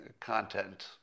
content